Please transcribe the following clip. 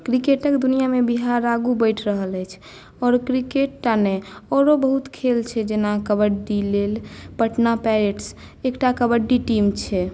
cricket क दुनिऑंमे बिहार आगू बढ़ि रहल अछि आओर ओ क्रिकेटेटा नहि आओरो बहुत खेल छै जेना कबड्डी लेल पटना पाइरेट्स एकटा कबड्डी टीम छै